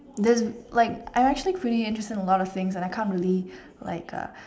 there's like I'm actually pretty interested in a lot of things and I can't really like uh